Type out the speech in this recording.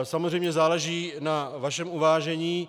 Samozřejmě záleží na vašem uvážení.